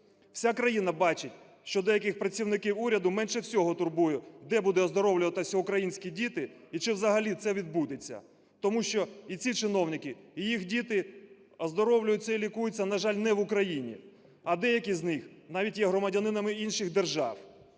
Вся країна бачить, що деяких працівників уряду менше всього турбує, де будуть оздоровлюватися українські діти і чи взагалі це відбудеться. Тому що і ці чиновники, і їх діти оздоровлюються і лікуються, на жаль, не в Україні, а деякі з них навіть є громадянами інших держав.